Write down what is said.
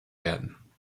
werden